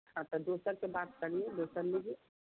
हाँ तो दोसर से बात करिए दोसर लीजिए